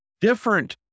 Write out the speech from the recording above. Different